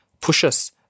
pushes